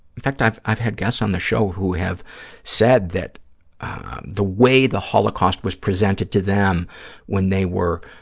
in fact, i've i've had guests on the show who have said that the way the holocaust was presented to them when they were